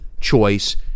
choice